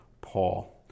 Paul